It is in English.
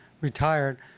retired